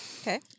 Okay